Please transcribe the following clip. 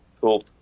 Cool